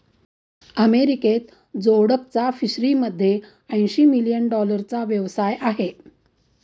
अमेरिकेत जोडकचा फिशरीमध्ये ऐंशी मिलियन डॉलरचा व्यवसाय आहे